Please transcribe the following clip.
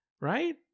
Right